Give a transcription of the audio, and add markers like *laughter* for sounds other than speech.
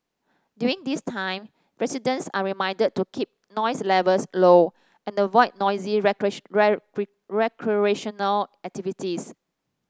during this time residents are reminded to keep noise levels low and avoid noisy *unintelligible* recreational activities